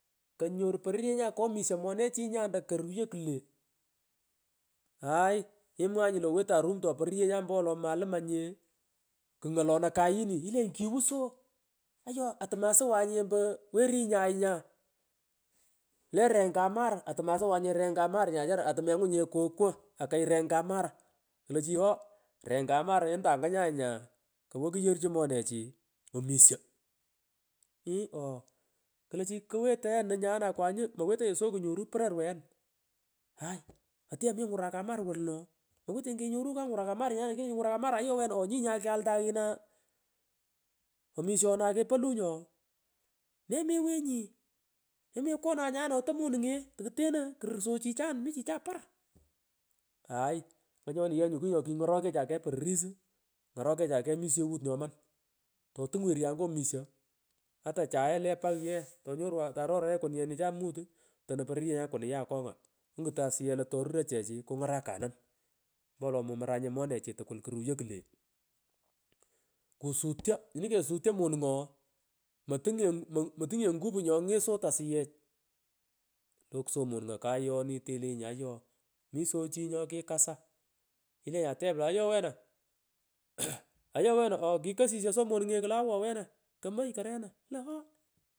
Konyoru pororyenyan kwomisho monechi nya ndo koruro ke aay imwaghnyi lo wetan rumtoy pororyenyan ampowo lo maalum nye kungolonoy kayini ilenyi kiwuiso ayoo atumusuwanje mpo hueringe ay nya lo renga mar atumusumanye rengamar nya mengunye ikowo akay rengamar klo chi ooh rengamar atumusumanye rengamar entan nanyayanya kowo kuyorchu monechi emisho iiii oh klo chi kuwetoy ye no nyana kwangu mowetoynye so kunyoru poror wen aay otuyemi ngurakanar woluno mowetonye kenyeru kangurakamar nyana lenchu ngurakanar ayo weno nyi nyakalta aghinia omishonay kepolungio yemewengi nemukono nyano oto mpnunge tokuteno kirusyot chichan, mi chichan par, aay ngonyoni yenyu kung nyokingorekecha kegh pororis. ngorokecha kegh mishewut nyoman totung werianga misho ata chaye le pang ye tonyorwan, tororoye kunuyenichan mutu otonon pororyenyan kunuya akonga ionguton asuyech io toruro chechi kungaranun ompowolo momoranye monechi tukul. kuruyo klo kusutyo ninyi kesutyo monungo ooh motunganye ngu motunye ngupu nyongetyoy asuyech. laksot monunga kayoni talenyi ayo miso chi nyokikasa ilenyi atep lo ayo wena ikakosa kugh sughiri ayo wena kikosisyo ooh monunge klo wena kimogor wena iklo ooh.